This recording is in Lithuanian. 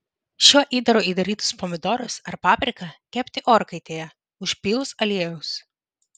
šiuo įdaru įdarytus pomidorus ar papriką kepti orkaitėje užpylus aliejaus